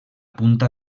punta